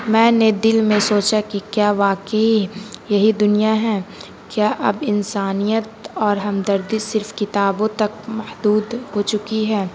میں نے دل میں سوچا کہ کیا واقعی یہی دنیا ہے کیا اب انسانیت اور ہمدردی صرف کتابوں تک محدود ہو چکی ہے